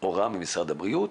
הוראה ממשרד הבריאות